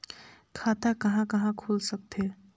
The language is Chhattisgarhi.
खाता कहा कहा खुल सकथे?